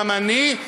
גם אני,